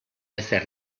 ezer